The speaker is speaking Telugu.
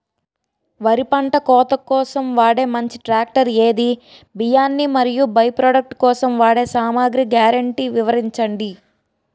వరి పంట కోత కోసం వాడే మంచి ట్రాక్టర్ ఏది? బియ్యాన్ని మరియు బై ప్రొడక్ట్ కోసం వాడే సామాగ్రి గ్యారంటీ వివరించండి?